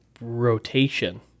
rotation